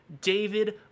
David